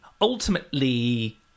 ultimately